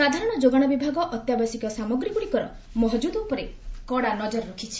ସାଧାରଣ ଯୋଗାଣ ବିଭାଗ ଅତ୍ୟାବଶ୍ୟକୀୟ ସାମଗ୍ରୀ ଗୁଡିକର ମହକୁତ ଉପରେ କଡା ନଜର ରଖିଛି